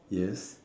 yes